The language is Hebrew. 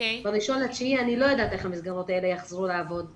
אני לא יודעת איך המסגרות האלה יחזרו לעבוד ב-1 בספטמבר.